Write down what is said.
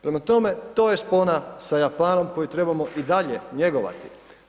Prema tome, to je spona sa Japanom koju trebamo i dalje njegovati.